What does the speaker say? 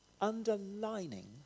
underlining